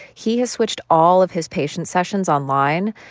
he has switched all of his patient sessions online.